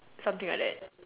something like that